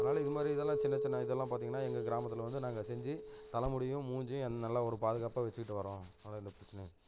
அதனால இது மாதிரி இதெல்லாம் சின்ன சின்ன இதெல்லாம் பார்த்திங்கனா எங்கள் கிராமத்தில் வந்து நாங்கள் செஞ்சு தலை முடியும் மூஞ்சியும் எந் நல்ல ஒரு பாதுகாப்பாக வெச்சுக்கிட்டு வரோம் அதனால் எந்த பிரச்சினையும்